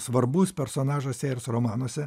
svarbus personažas sėjers romanuose